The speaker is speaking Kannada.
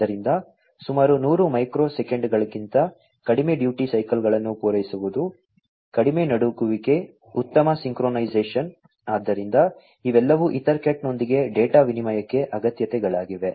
ಆದ್ದರಿಂದ ಸುಮಾರು 100 ಮೈಕ್ರೋಸೆಕೆಂಡ್ಗಳಿಗಿಂತ ಕಡಿಮೆ ಡ್ಯೂಟಿ ಸೈಕಲ್ಗಳನ್ನು ಪೂರೈಸುವುದು ಕಡಿಮೆ ನಡುಗುವಿಕೆ ಉತ್ತಮ ಸಿಂಕ್ರೊನೈಸೇಶನ್ ಆದ್ದರಿಂದ ಇವೆಲ್ಲವೂ EtherCat ನೊಂದಿಗೆ ಡೇಟಾ ವಿನಿಮಯಕ್ಕೆ ಅಗತ್ಯತೆಗಳಾಗಿವೆ